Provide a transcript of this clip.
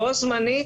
בו זמנית,